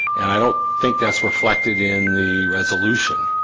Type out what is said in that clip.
and i don't think that's reflected in the resolution